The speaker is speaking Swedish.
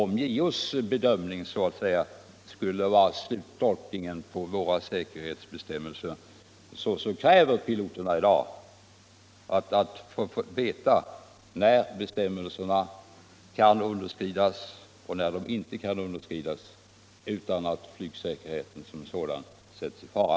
Om JO:s bedömning skulle vara den slutgiltiga tolkningen i fråga om flygets säkerhetsbestämmelser, så kräver piloterna i dag att få veta när bestämmelser kan åsidosättas och när de inte kan åsidosättas utan att flygsäkerheten som sådan sätts i fara.